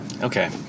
okay